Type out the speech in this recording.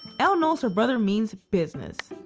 elle knows her brother means business.